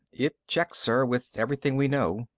it checks, sir, with everything we know.